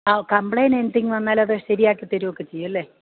ആ complaint anything വന്നാലത്ു ശരിയാക്കിത്തരുകയുമൊക്കെ ചെയ്യുമല്ലേ